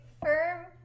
firm